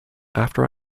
after